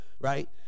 right